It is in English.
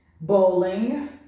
Bowling